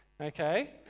Okay